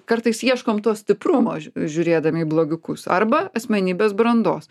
kartais ieškom to stiprumo žiūrėdami į blogiukus arba asmenybės brandos